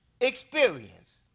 experience